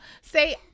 say